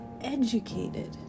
educated